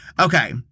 Okay